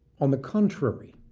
on the contrary,